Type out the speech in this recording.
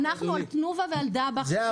אנחנו על תנובה ועל דבאח,